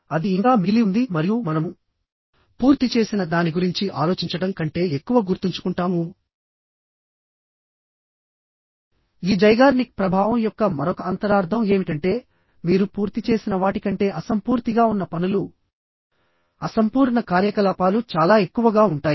అది ఇంకా మిగిలి ఉంది మరియు మనము పూర్తి చేసిన దాని గురించి ఆలోచించడం కంటే ఎక్కువ గుర్తుంచుకుంటాము ఈ Zeigarnik ప్రభావం యొక్క మరొక అంతరార్థం ఏమిటంటే మీరు పూర్తి చేసిన వాటి కంటే అసంపూర్తిగా ఉన్న పనులు అసంపూర్ణ కార్యకలాపాలు చాలా ఎక్కువగా ఉంటాయి